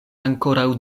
ankoraŭ